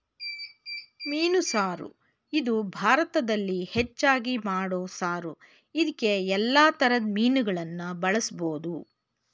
ಮೀನು ಸಾರು ಇದು ಭಾರತದಲ್ಲಿ ಹೆಚ್ಚಾಗಿ ಮಾಡೋ ಸಾರು ಇದ್ಕೇ ಯಲ್ಲಾ ತರದ್ ಮೀನುಗಳನ್ನ ಬಳುಸ್ಬೋದು